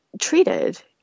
treated